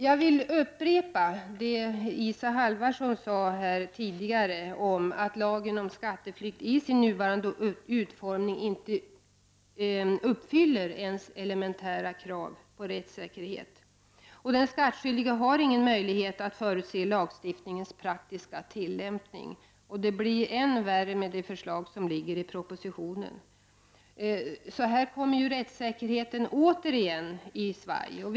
Jag vill upprepa det som Isa Halvarsson tidigare sade om att lagen om skatteflykt i sin nuvarande utformning inte uppfyller ens elementära krav på rättssäkerhet. Den skattskyldige har ingen möjlighet att förutse lagstiftningens praktiska tillämpning. Propositionens förslag gör det hela än värre. Här är rättssäkerheten återigen i fara.